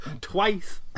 twice